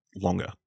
longer